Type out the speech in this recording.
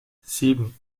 sieben